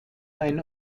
ein